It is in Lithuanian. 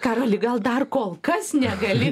karoli gal dar kol kas negali